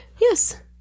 Yes